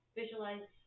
visualize